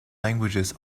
languages